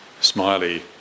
smiley